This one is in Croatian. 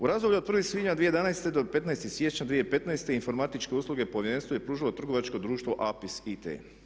U razdoblju od 1. svibnja 2011. do 15. siječnja 2015. informatičke usluge povjerenstvu je pružalo trgovačko društvo APIS IT.